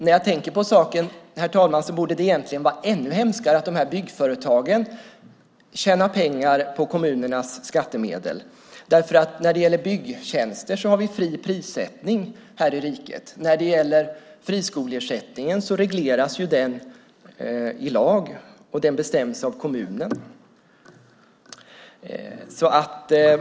När jag tänker på saken, herr talman, borde det egentligen vara ännu hemskare att byggföretagen tjänar pengar genom kommunernas skattemedel. När det gäller byggtjänster har vi nämligen fri prissättning i riket. När det gäller friskoleersättningen regleras den i lag, och den bestäms av kommunen.